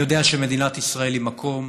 אני יודע שמדינת ישראל היא מקום